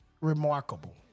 remarkable